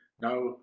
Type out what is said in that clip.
now